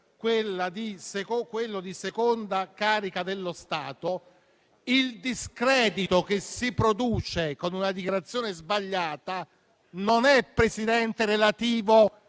quello di seconda carica dello Stato, il discredito che si produce con una dichiarazione sbagliata non è riferibile